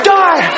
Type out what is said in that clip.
die